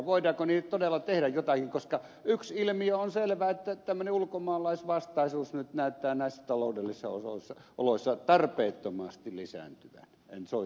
voidaanko niille todella tehdä jotakin koska yksi ilmiö on selvä tämmöinen ulkomaalaisvastaisuus nyt näyttää näissä taloudellisissa oloissa tarpeettomasti lisääntyvän